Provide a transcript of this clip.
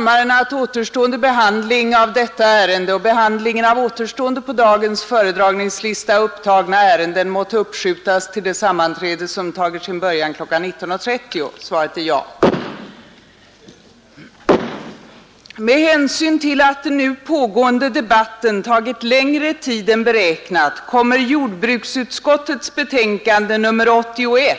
Med hänsyn till att den nu pågående debatten tagit längre tid än beräknat kommer jordbruksutskottets betänkande nr 61